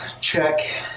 check